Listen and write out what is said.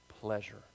pleasure